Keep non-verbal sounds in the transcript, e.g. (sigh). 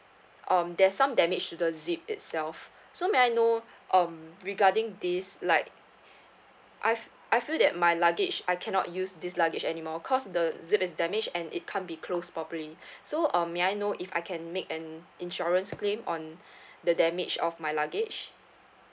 um there's some damage to the zip itself so may I know (breath) um regarding this like I've I feel that my luggage I cannot use this luggage anymore because the zip is damaged and it can't be closed properly (breath) so um may I know if I can make an insurance claim on (breath) the damage of my luggage